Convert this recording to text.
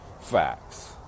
facts